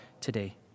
today